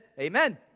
amen